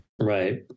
right